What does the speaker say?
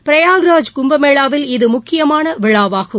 பிரயாக்ராஜ் கும்பமேளாவில் இது முக்கியமான விழாவாகும்